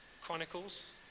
Chronicles